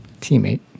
teammate